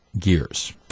gears